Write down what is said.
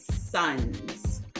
sons